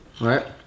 right